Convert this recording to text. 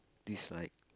dislike